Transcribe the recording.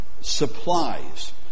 supplies